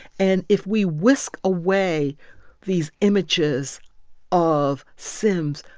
and if we whisk away these images of sims,